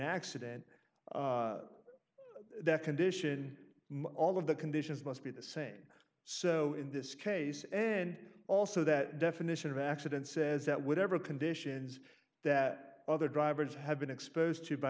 ccident that condition all of the conditions must be the same so in this case and also that definition of accident says that whatever conditions that other drivers have been exposed to b